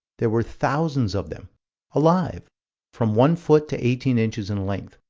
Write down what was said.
there were thousands of them alive from one foot to eighteen inches in length.